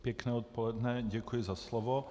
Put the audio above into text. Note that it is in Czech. Pěkné odpoledne, děkuji za slovo.